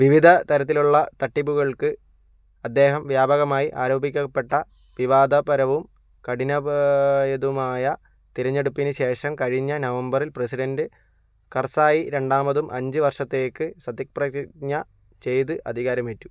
വിവിധ തരത്തിലുള്ള തട്ടിപ്പുകൾക്ക് അദ്ദേഹം വ്യാപകമായി ആരോപിക്കപ്പെട്ട വിവാദപരവും കഠിനപാ യതുമായ തെരഞ്ഞെടുപ്പിന് ശേഷം കഴിഞ്ഞ നവംബറിൽ പ്രസിഡൻഡ് കർസായി രണ്ടാമതും അഞ്ച് വർഷത്തേക്ക് സത്യപ്രതിജ്ഞ ചെയ്ത് അധികാരമേറ്റു